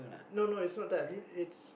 no no is not that it's